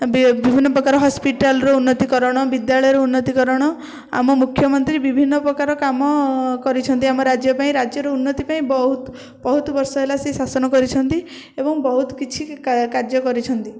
ବି ବିଭିନ୍ନ ପ୍ରକାର ହସ୍ପିଟାଲର ଉନ୍ନତି କରଣ ବିଦ୍ୟାଳୟର ଉନ୍ନତି କରଣ ଆମ ମୁଖ୍ୟମନ୍ତ୍ରୀ ବିଭିନ୍ନ ପ୍ରକାର କାମ କରିଛନ୍ତି ଆମ ରାଜ୍ୟ ପାଇଁ ରାଜ୍ୟର ଉନ୍ନତି ପାଇଁ ବହୁତ ବହୁତ ବର୍ଷ ହେଲା ସେ ଶାସନ କରିଛନ୍ତି ଏବଂ ବହୁତ କିଛି କା କାର୍ଯ୍ୟ କରିଛନ୍ତି